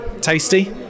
tasty